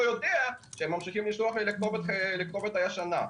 יודע שהם ממשיכים לשלוח לי לכתובת הישנה.